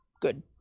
good